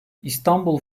i̇stanbul